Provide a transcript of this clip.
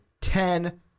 Ten